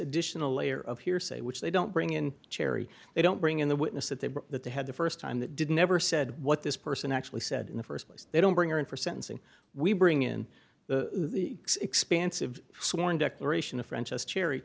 additional layer of hearsay which they don't bring in cherry they don't bring in the witness that they were that they had the st time that did never said what this person actually said in the st place they don't bring her in for sentencing we bring in the expansive sworn declaration of french as cherry